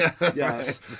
Yes